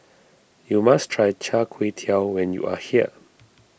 you must try Char Kway Teow when you are here